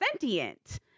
sentient